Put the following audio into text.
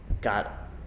got